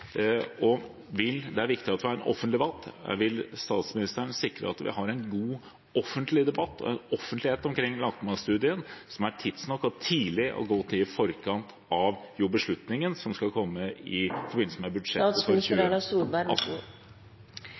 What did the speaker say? Det er viktig at vi har en offentlig debatt, og vil statsministeren sikre at vi har en god offentlig debatt, offentlighet, omkring landmaktstudien, tidsnok og i god tid, i forkant av beslutningen som skal komme i forbindelse med budsjettet for 2018? Jeg er helt sikker på at når landmaktutredningen kommer, vil det være god